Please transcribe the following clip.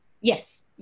yes